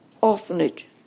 orphanage